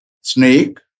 snake